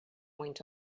went